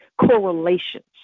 correlations